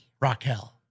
Raquel